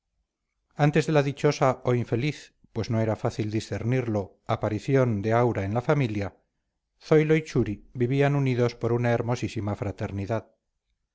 antes de la dichosa o infeliz pues no era fácil discernirlo aparición de aura en la familia zoilo y churi vivían unidos por una hermosísima fraternidad